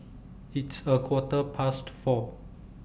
its A Quarter Past four